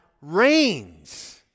reigns